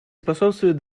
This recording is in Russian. способствуют